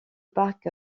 parc